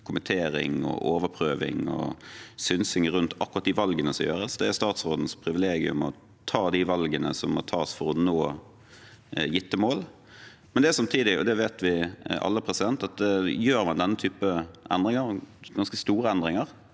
kommittering, overprøving og synsing rundt akkurat de valgene som gjøres. Det er statsrådens privilegium å ta de valgene som må tas for å nå gitte mål. Samtidig – og det vet vi alle: Om man gjør denne typen endringer, ganske store endringer,